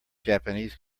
japanese